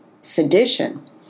sedition